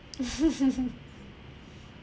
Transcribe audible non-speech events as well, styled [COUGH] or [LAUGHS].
[LAUGHS]